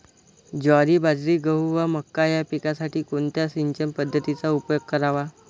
ज्वारी, बाजरी, गहू व मका या पिकांसाठी कोणत्या सिंचन पद्धतीचा उपयोग करावा?